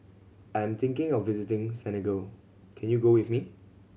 I am thinking of visiting Senegal can you go with me